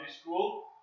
school